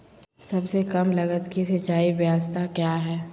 सबसे कम लगत की सिंचाई ब्यास्ता क्या है?